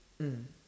mm